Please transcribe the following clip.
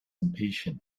impatient